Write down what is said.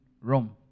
Rome